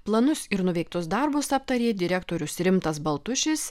planus ir nuveiktus darbus aptarė direktorius rimtas baltušis